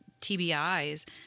TBIs